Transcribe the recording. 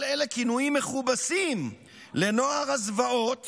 כל אלה כינויים מכובסים לנוער הזוועות